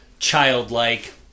childlike